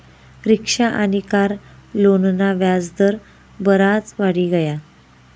rickshaw आनी car लोनना व्याज दर बराज वाढी गया